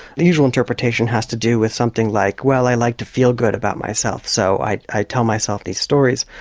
the usual interpretation has to do with something like, well i like to feel good about myself so i i tell myself these stories.